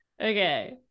Okay